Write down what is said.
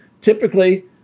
typically